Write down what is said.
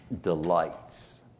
delights